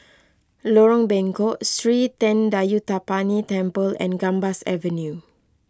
Lorong Bengkok Sri thendayuthapani Temple and Gambas Avenue